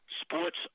Sports